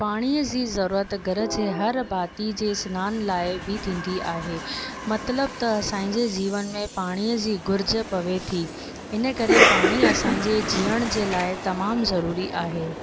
पाणीअ ज़ी ज़रूरत घर जे हर भाती जे सनान लाइ बि थींदी आहे मतिलबु त असांजे जीवन में पाणीअ जी घुर्ज पवे थी इन करे पाणी असांजे जीअण जे लाइ तमामु ज़रूरी आहे